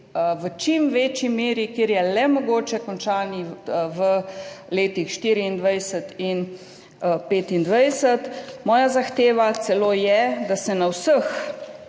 v čim večji meri, kjer je le mogoče, končani v letih 2024 in 2025. Moja zahteva je celo, da se na vseh